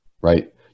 right